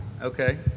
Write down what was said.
Okay